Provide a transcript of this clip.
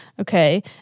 Okay